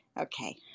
Okay